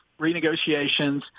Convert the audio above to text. renegotiations